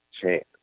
chance